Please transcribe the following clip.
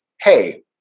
hey